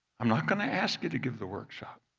i'm not going to ask you to give the workshop,